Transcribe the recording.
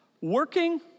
Working